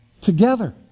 together